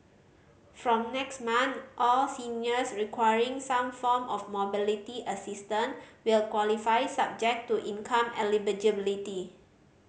from next month all seniors requiring some form of mobility assistance will qualify subject to income eligibility